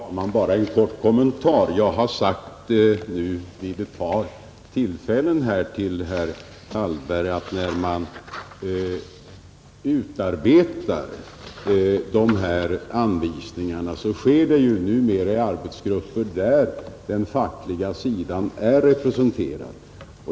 Herr talman! Bara en kort kommentar. Jag har nu vid ett par tillfällen sagt till herr Hallgren att när man utarbetar sådana här anvisningar sker det numera i arbetsgrupper, där den fackliga sidan är representerad.